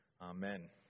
Amen